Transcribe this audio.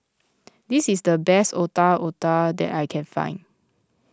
this is the best Otak Otak that I can find